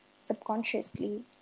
subconsciously